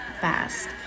fast